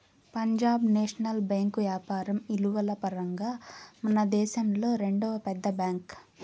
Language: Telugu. పంజాబ్ నేషనల్ బేంకు యాపారం ఇలువల పరంగా మనదేశంలో రెండవ పెద్ద బ్యాంక్